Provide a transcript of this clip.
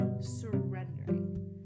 surrendering